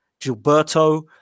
Gilberto